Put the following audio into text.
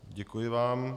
Děkuji vám.